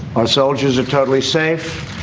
our soldiers are totally safe.